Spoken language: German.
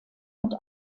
und